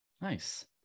Nice